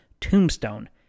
Tombstone